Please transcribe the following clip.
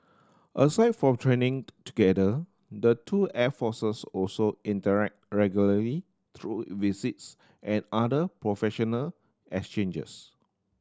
aside from training together the two air forces also interact regularly through visits and other professional exchanges